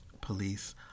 police